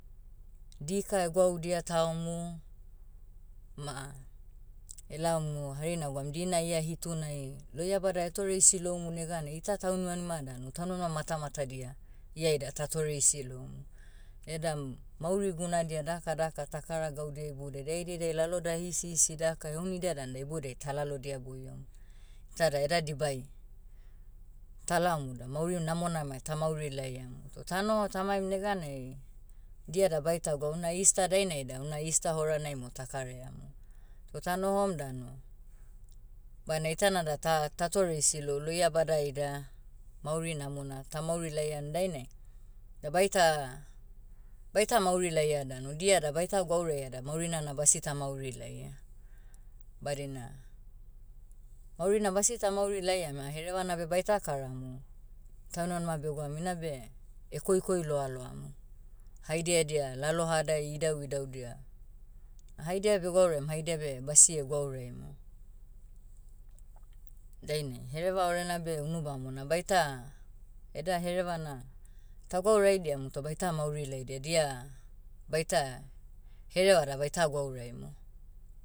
Dika egwaudia taomu, ma, elaomu hari nagwaum dina ia hitunai, lohiabada etoreisi loumu neganai ita taunnimanima danu taumama matamatadia, ia ida tatoreisi loumu. Edam, mauri gunadia dakadaka ta kara gaudia iboudiai daidediai laloda hisihisi daka heunidia dan da iboudiai ta lalodia boiom. Tada eda dibai, talaomu da mauri namona ma tamauri laiamu. Toh tanoho tamaim neganai, dia da baita gwa una easter dainai da una easter horanai mo ta karaiamu. Toh tanohom danu, bana itanada ta- ta toreisi lou lodiabada ida, mauri namona tamauri laiam dainai, da baita- baita mauri laia danu. Dia da baita gwauraia da maurina na basita mauri laia. Badina, maurina basita mauri laiam ah herevana beh baita karamu, taunimanima begwaum inabe, koikoi loaloamu. Haidia edia lalohadai idauidaudia. Ah haidia begwauraiam haidia beh basie gwauraiamu. Dainai hereva orena beh unu bamona baita, eda hereva na, ta gwauraidiamu toh baita mauri laidia dia, baita, hereva da baita gwauraimu.